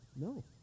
No